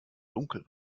dunkel